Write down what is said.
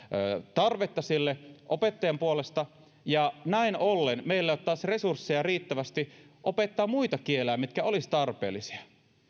tarvetta sille opettajien puolesta ja näin ollen meillä ei ole taas riittävästi resursseja opettaa muita kieliä mitkä olisivat tarpeellisia